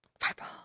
Fireball